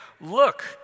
look